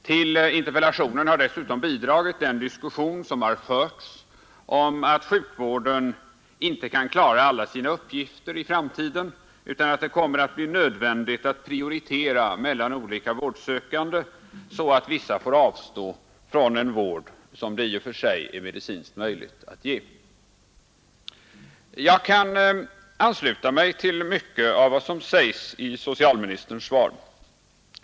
Till interpellationen har dessutom bidragit den diskussion som har förts om att sjukvården inte kan klara alla sina uppgifter i framtiden utan att det kommer att bli nödvändigt att prioritera olika vårdsökande, så att vissa får avstå från en vård som det i och för sig är medicinskt möjligt att ge. Jag kan ansluta mig till mycket av vad som sägs i socialministerns svar.